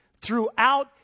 throughout